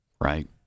Right